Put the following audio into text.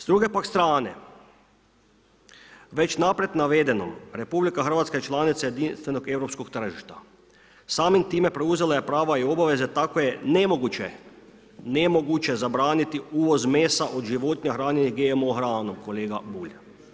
S druge pak strane već naprijed navedenom RH je članica Jedinstvenog europskog tržišta, samim time preuzela je prava i obveze kako je nemoguće zabraniti uvoz mesa od životinja hranjene GMO hranom, kolega Bulj.